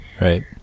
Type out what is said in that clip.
right